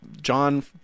John